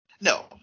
No